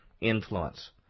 influence